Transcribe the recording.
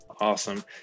awesome